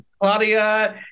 Claudia